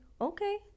Okay